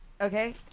Okay